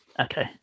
Okay